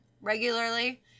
regularly